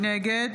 נגד